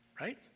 right